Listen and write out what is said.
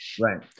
Right